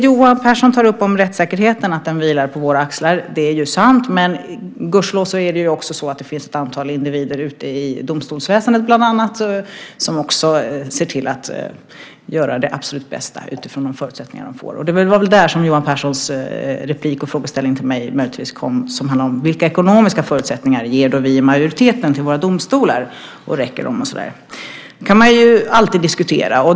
Johan Pehrson tar upp att rättssäkerheten vilar på våra axlar, och det är sant. Gudskelov finns det ett antal individer ute i bland annat domstolsväsendet som också ser till att göra det absolut bästa utifrån de förutsättningar de får. Det var väl ungefär där som Johan Pehrsons frågeställning kom, som handlar om vilka ekonomiska förutsättningar vi i majoriteten ger till våra domstolar, om de räcker och så vidare. Det kan man alltid diskutera.